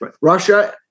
Russia